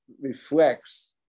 reflects